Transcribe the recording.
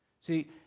See